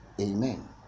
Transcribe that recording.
amen